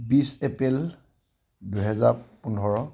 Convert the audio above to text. বিশ এপ্ৰিল দুহেজাৰ পোন্ধৰ